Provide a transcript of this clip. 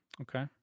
Okay